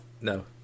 No